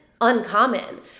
uncommon